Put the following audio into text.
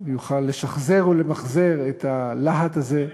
הוא יוכל לשחזר ולמחזר את הלהט הזה.